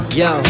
yo